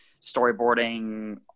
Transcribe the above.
storyboarding